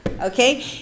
okay